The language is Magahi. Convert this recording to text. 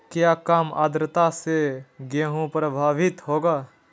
क्या काम आद्रता से गेहु प्रभाभीत होगा?